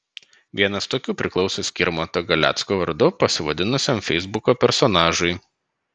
vienas tokių priklausė skirmanto galecko vardu pasivadinusiam feisbuko personažui